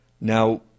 Now